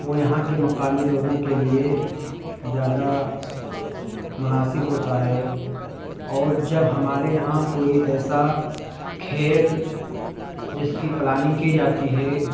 وہ یہاں کے مقامی لوگوں کے لیے زیادہ مناسب ہوتا ہے اور جب ہمارے یہاں کوئی ایسا کھیل جس کی پلاننگ کی جاتی ہے